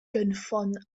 gynffon